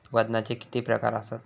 वजनाचे किती प्रकार आसत?